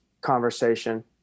conversation